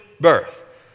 birth